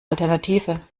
alternative